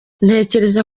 ntekereza